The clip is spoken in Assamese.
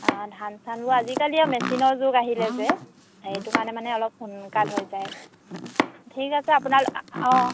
অঁ ধান চানবোৰ আজিকালি আকৌ মেচিনৰ যুগ আহিলে যে সেইটো কাৰণে মানে অলপ সোনকাল হৈ যায় ঠিক আছে আপোনালোক অঁ